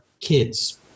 kids